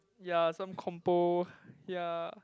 ya some compo ya